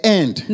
end